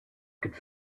could